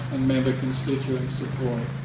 and member constituent support.